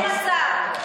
אין מצב.